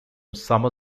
summer